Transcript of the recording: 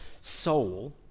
soul